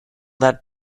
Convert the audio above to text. that